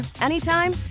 anytime